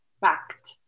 fact